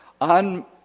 on